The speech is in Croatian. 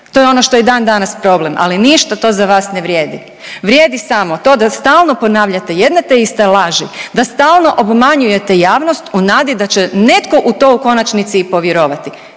To je ono što je i dan danas problem, ali ništa to za vas ne vrijedi, vrijedi samo to da stalno ponavljate jedne te iste laži, da stalno obmanjujete javnost u nadi da će netko u to u konačnici i povjerovati.